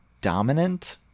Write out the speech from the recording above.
dominant